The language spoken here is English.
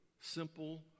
simple